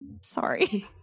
Sorry